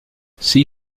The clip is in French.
six